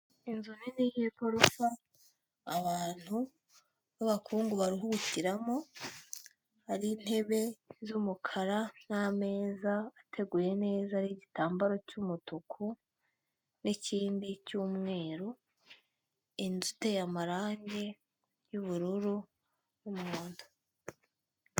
Inzu nini y'igorofa abantu b'abakungu baruhukiramo, hari intebe z'umukara n'ameza ateguye neza ariho igitambaro cy'umutuku n'ikindi cy'umweru, inzu iteye amarangi y'ubururu n'umuhondo.